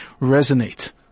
resonate